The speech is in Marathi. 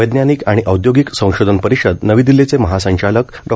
वैज्ञानिक आणि औद्योगिक संशोधन परिषद नवी दिल्लीचे महासंचालक डॉ